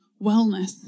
wellness